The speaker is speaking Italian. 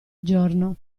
giorno